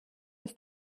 ist